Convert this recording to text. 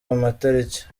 amatariki